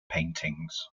paintings